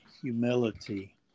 humility